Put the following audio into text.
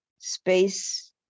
space